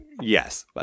Yes